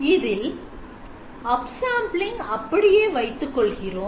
இதில் upsampling அப்படியே வைத்துக் கொள்கிறோம்